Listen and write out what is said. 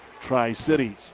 Tri-Cities